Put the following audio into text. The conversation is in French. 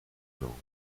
nantes